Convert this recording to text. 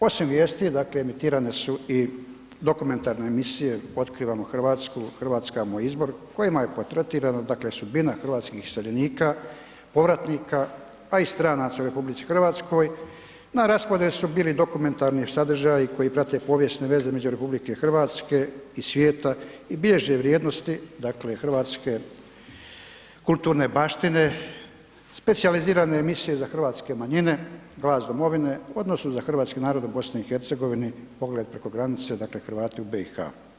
Osim vijesti emitirane su i dokumentarne emisije „Otkrivamo Hrvatsku“, „Hrvatska je moj izbor“ kojima je portretirana sudbina hrvatskih iseljenika, povratnika, a i stranaca u RH. na rasporedu su bili dokumentarni sadržaji koji prate povijesne veza između RH i svijeta i bilježe vrijednosti hrvatske kulturne baštine, specijalizirane emisije za hrvatske manjine „Glas domovine“ odnosno za hrvatski narod u BiH „Pogled preko granice“ dakle Hrvati u BiH.